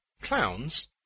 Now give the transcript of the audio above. Clowns